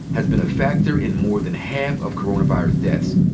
has been a factor in more than half of coronavirus deaths.